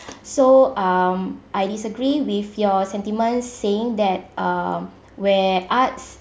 so um I disagree with your sentiments saying that um where arts